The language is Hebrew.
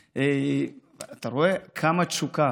אתה רואה כמה תשוקה,